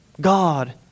God